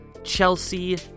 chelsea